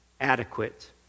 adequate